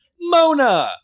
Mona